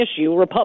issue